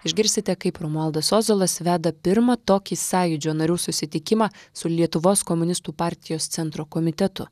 išgirsite kaip romualdas ozolas veda pirmą tokį sąjūdžio narių susitikimą su lietuvos komunistų partijos centro komitetu